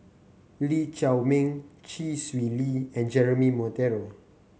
Lee Chiaw Meng Chee Swee Lee and Jeremy Monteiro